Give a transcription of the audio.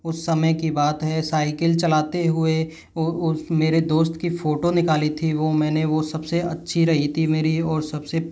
उस समय की बात है साइकिल चलाते हुए वह मेरे दोस्त की फोटो निकाली थी वह मैंने वह सबसे अच्छी रही थी मेरी और सबसे